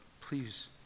please